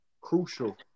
crucial